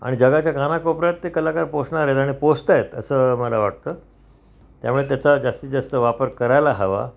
आणि जगाच्या गानाकोपऱ्यात ते कलाकार पोचणार आहेत आणि पोचता येत असं मला वाटतं त्यामुळे त्याचा जास्तीत जास्त वापर करायला हवा